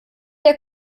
der